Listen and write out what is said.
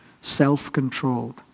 self-controlled